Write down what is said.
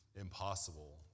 impossible